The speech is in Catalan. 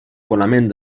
fonament